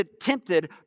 tempted